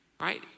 right